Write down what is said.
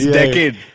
decade